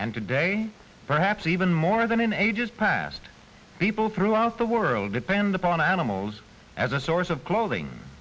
and today perhaps even more than in ages past people throughout the world depend upon animals as a source of clothing